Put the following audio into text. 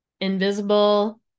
invisible